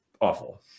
awful